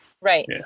Right